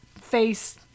face